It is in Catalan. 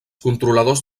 controladors